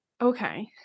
Okay